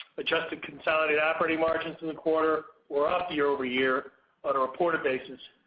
adjusted consolidated operating margins in the quarter were up year-over-year on a reported basis,